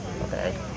okay